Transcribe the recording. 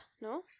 no